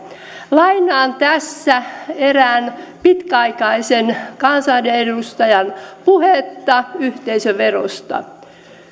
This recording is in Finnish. lainaan tässä erään pitkäaikaisen kansanedustajan puhetta yhteisöverosta